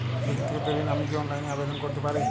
ব্যাক্তিগত ঋণ আমি কি অনলাইন এ আবেদন করতে পারি?